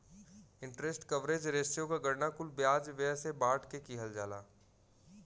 interest coverage ratio क गणना कुल ब्याज व्यय से बांट के किहल जाला